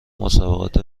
مسابقات